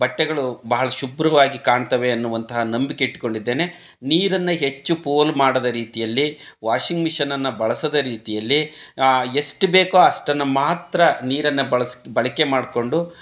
ಬಟ್ಟೆಗಳು ಬಹಳ ಶುಭ್ರವಾಗಿ ಕಾಣ್ತವೆ ಅನ್ನುವಂತಹ ನಂಬಿಕೆ ಇಟ್ಟುಕ್ಕೊಂಡಿದ್ದೇನೆ ನೀರನ್ನು ಹೆಚ್ಚು ಪೋಲು ಮಾಡದ ರೀತಿಯಲ್ಲಿ ವಾಷಿಂಗ್ ಮಿಷನನ್ನು ಬಳಸದ ರೀತಿಯಲ್ಲಿ ಎಷ್ಟು ಬೇಕೋ ಅಷ್ಟನ್ನು ಮಾತ್ರ ನೀರನ್ನು ಬಳಸ್ಕ್ ಬಳಕೆ ಮಾಡಿಕೊಂಡು